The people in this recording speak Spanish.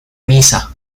misa